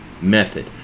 method